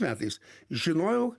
metais žinojau